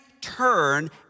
turn